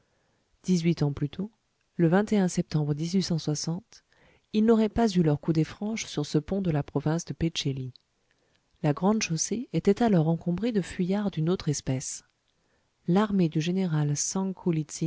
dix-huit ans plus tôt le septembre ils n'auraient pas eu leurs coudées franches sur ce pont de la province de pé tché li la grande chaussée était alors encombrée de fuyards d'une autre espèce l'armée du général